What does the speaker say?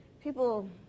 People